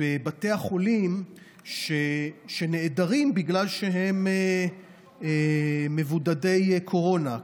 בבתי החולים שנעדרים בגלל שהם מבודדי קורונה,